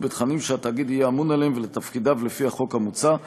בתכנים שהתאגיד יהיה אמון עליהם ואת תפקידיו לפי החוק המוצע,